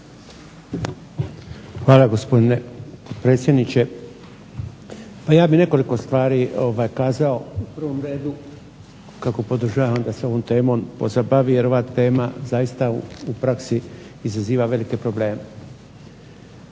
Hvala, gospodine predsjedniče. Pa ja bih nekoliko stvari kazao. U prvom redu kako podržavam da se ovom temom pozabavi jer ova tema zaista u praksi izaziva velike probleme.